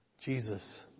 Jesus